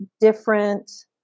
different